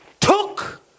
took